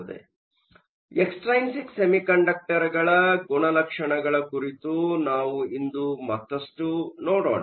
ಆದ್ದರಿಂದ ಎಕ್ಸ್ಟ್ರೈನ್ಸಿಕ್ ಸೆಮಿಕಂಡಕ್ಟರ್ಗಳ ಗುಣಲಕ್ಷಣಗಳ ಕುರಿತು ನಾವು ಇಂದು ಮತ್ತಷ್ಟು ನೋಡೋಣ